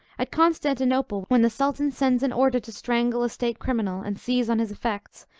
at constantinople, when the sultan sends an order to strangle a state-criminal, and seize on his effects,